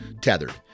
tethered